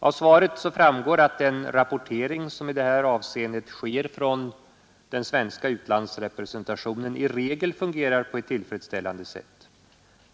Av svaret framgår att den rapportering som i detta avseende sker från den svenska utlandsrepresentationen i regel fungerar på ett tillfredsställande sätt.